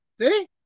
See